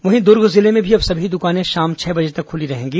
वहीं दुर्ग जिले में भी अब सभी दुकानें शाम छह बजे तक खुली रहेंगी